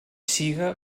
siga